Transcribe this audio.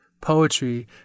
Poetry